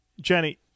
Jenny